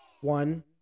One